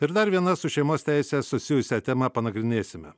ir dar vieną su šeimos teise susijusią temą panagrinėsime